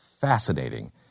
fascinating